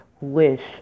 wish